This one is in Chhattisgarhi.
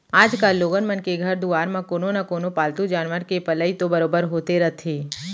आजकाल लोगन मन के घर दुवार म कोनो न कोनो पालतू जानवर के पलई तो बरोबर होते रथे